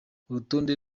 urutonde